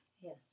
Yes